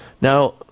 Now